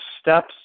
steps